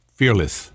fearless